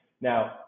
Now